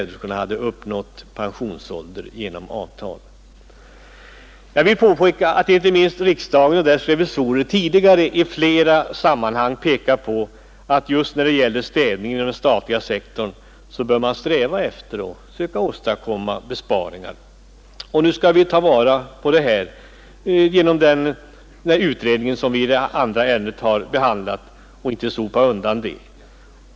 Herr Brundin borde kanske ha tagit reda på att Jag vill erinra om att inte minst riksdagens revisorer tidigare i flera sammanhang pekat på att man bör sträva efter att åstadkomma besparingar när det gäller städning inom den offentliga sektorn. Nu skall vi ta fasta på detta genom den utredning som vi behandlade under föregående ärende och inte sopa undan detta önskemål.